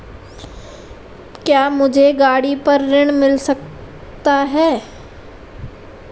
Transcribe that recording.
क्या मुझे गाड़ी पर ऋण मिल सकता है?